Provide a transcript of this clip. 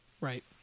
Right